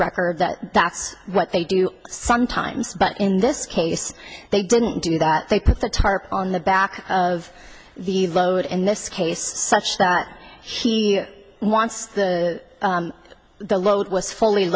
record that that's what they do sometimes but in this case they didn't do that they put the tarp on the back of the boat in this case such that she wants the load was fully